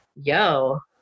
yo